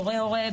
הורה הורה,